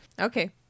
Okay